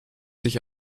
sich